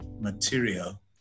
material